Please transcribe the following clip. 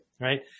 right